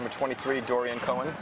i'm a twenty three dorian coming